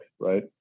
right